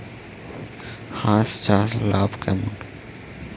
হাঁস চাষে লাভ কেমন?